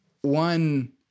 one